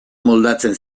moldatzen